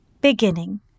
beginning